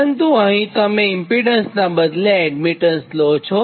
પરંતુ અહીં તમે ઇમ્પીડન્સનાં બદલે એડમીટન્સ લો છો